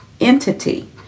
entity